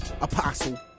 Apostle